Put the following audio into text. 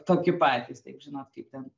tokie patys taip žinot kaip ten